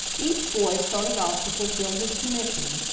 each boy started off to fulfill his commission,